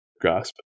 grasp